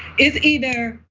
is either,